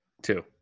Two